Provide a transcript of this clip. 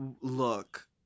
look